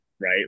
Right